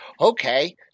okay